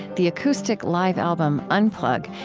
the acoustic live album unplug,